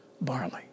barley